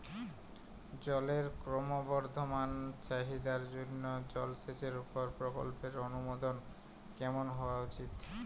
জলের ক্রমবর্ধমান চাহিদার জন্য জলসেচের উপর প্রকল্পের অনুমোদন কেমন হওয়া উচিৎ?